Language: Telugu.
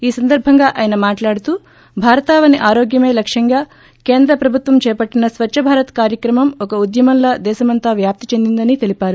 ఈ సందర్భంగా ఆయన మాట్లాడుతూ భారతావని ఆరోగ్యమే లక్ష్యంగా కేంద్ర ప్రభుత్వం చేపట్టిన స్వచ్చ భారత్ కార్యక్రమం ఒక ఉద్యమంలా దేశమంతా వ్యాప్తిచెందిందని తెలిపారు